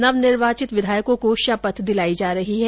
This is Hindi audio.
नवनिर्वाचित विधायकों को शपथ दिलाई जा रही है